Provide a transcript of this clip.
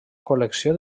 col·lecció